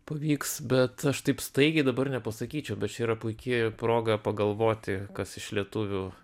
pavyks bet aš taip staigiai dabar nepasakyčiau yra puiki proga pagalvoti kas iš lietuvių